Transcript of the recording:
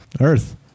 Earth